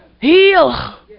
heal